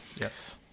yes